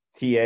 TA